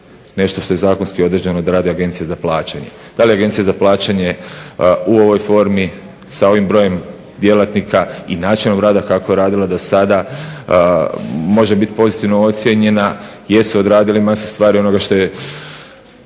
nešto što je zakonski određeno da radi Agencija za plaćanje. Da li Agencija za plaćanje u ovoj formi, sa ovim brojem djelatnika i načelnog rada kako je radila do sada može biti pozitivno ocijenjena jer su odradili masu stvari onoga što je